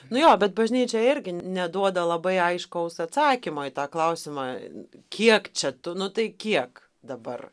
nu jo bet bažnyčia irgi neduoda labai aiškaus atsakymo į tą klausimą kiek čia tu nu tai kiek dabar